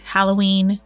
Halloween